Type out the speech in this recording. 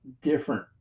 different